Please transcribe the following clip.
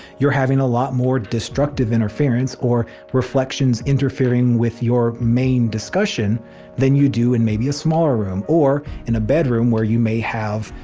you're having a lot more destructive interference or reflections interfering with your main discussion than you do in maybe a smaller room or in a bedroom where you may have,